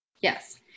yes